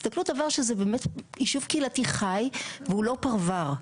הסתכלות עבר שזה באמת יישוב קהילתי חי והוא לא פרוור.